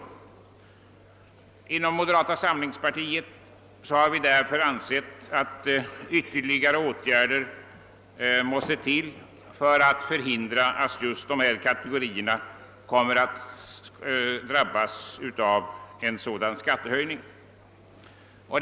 Vi har inom moderata samlingspartiet ansett att ytterligare åtgärder måste vidtas för att förhindra att ifrågavarande kategorier nu drabbas av en skattehöjning av denna storlek.